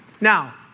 Now